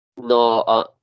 No